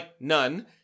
none